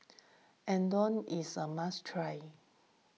Unadon is a must try